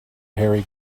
harry